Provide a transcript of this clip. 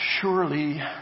Surely